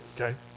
okay